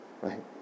Right